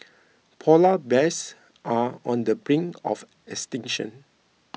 Polar Bears are on the brink of extinction